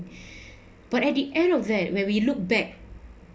but at the end of that when we look back